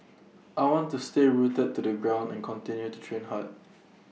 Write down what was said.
I want to stay rooted to the ground and continue to train hard